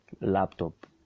laptop